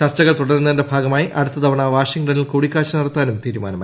ചർച്ചകൾ തുടരുന്നതിന്റെ ഭാഗമായി അടുത്തതവണ വാഷിംഗ്ടണിൽ കൂടിക്കാഴ്ച നടത്താനും തീരുമാനമായി